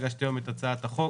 הגשתי היום את הצעת החוק,